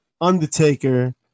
Undertaker